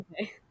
okay